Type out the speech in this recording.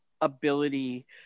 ability